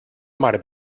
mar